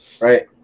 Right